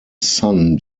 sun